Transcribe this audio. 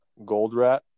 Goldrat